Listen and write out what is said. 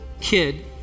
kid